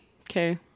okay